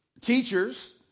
teachers